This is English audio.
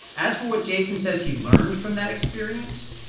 as for what jason says he learned from that experience.